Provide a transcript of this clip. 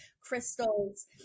crystals